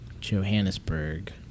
Johannesburg